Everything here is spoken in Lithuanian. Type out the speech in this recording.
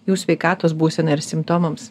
jų sveikatos būseną ir simptomams